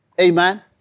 Amen